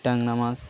ট্যাংরা মাছ